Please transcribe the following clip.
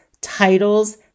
titles